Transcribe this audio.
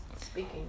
speaking